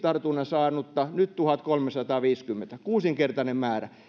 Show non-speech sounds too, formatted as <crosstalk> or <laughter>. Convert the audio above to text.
<unintelligible> tartunnan saanutta nyt tuhatkolmesataaviisikymmentä kuusinkertainen määrä